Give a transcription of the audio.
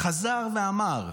חזר ואמר: